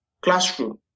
classroom